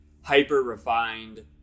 hyper-refined